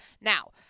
Now